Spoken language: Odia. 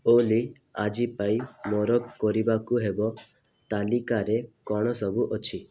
ଓଲି ଆଜି ପାଇଁ ମୋର କରିବାକୁ ହେବ ତାଲିକାରେ କ'ଣ ସବୁ ଅଛି